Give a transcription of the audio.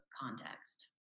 context